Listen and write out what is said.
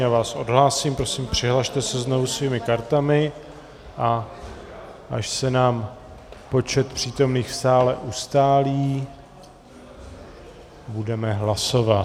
Já vás odhlásím, prosím, přihlaste se znovu svými kartami, a až se nám počet přítomných v sále ustálí, budeme hlasovat.